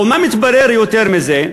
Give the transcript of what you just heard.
ומה מתברר יותר מזה?